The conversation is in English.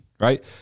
right